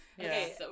Okay